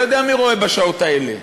לא יודע מי רואה בשעות האלה,